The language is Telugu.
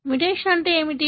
మ్యుటేషన్ అంటే ఏమిటి